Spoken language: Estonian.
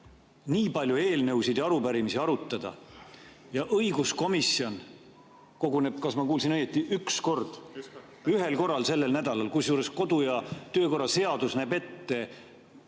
nii palju eelnõusid ja arupärimisi arutada, aga õiguskomisjon koguneb – kas ma kuulsin õigesti? – üks kord, ühel korral sellel nädalal. Kusjuures kodu- ja töökorra seadus näeb ette